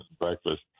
breakfast